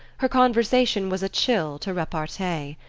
her conversation was a chill to repartee.